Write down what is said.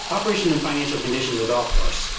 operation and financial conditions golf course.